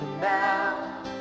now